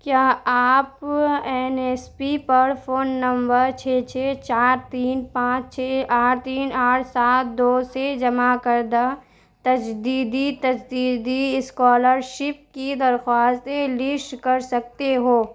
کیا آپ N S P پر فون نمبر چھ چھ چار تین پانچ چھ آٹھ تین آٹھ سات دو سے جمع کردہ تجدیدی تجدیدی اسکالرشپ کی درخواستیں لسٹ کر سکتے ہو